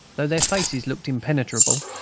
though their faces looked impenetrable.